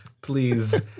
Please